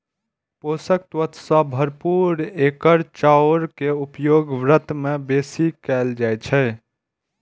पोषक तत्व सं भरपूर एकर चाउर के उपयोग व्रत मे बेसी कैल जाइ छै